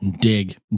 Dig